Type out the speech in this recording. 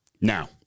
Now